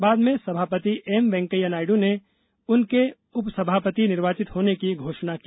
बाद में सभापति एम वेंकैया नायडू ने उनके उपसभापति निर्वाचित होने की घोषणा की